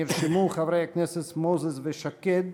נרשמו חברי הכנסת מוזס ושקד,